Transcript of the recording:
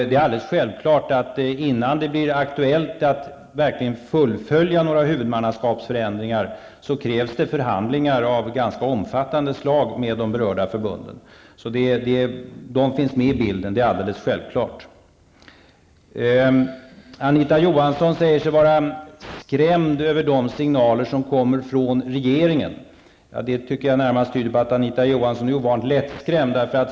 Det är alldeles självklart att innan det blir aktuellt att verkligen fullfölja några huvudmannaskapsförändringar krävs det förhandlingar av ganska omfattande slag med de berörda förbunden; de finns alltså med i bilden. Anita Johansson säger sig vara skrämd över de signaler som kommer från regeringen. Det tycker jag närmast tyder på att Anita Johansson är ovanligt lättskrämd.